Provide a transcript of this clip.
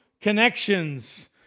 connections